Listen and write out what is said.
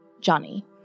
Johnny